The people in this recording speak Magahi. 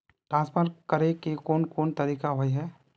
ट्रांसफर करे के कोन कोन तरीका होय है?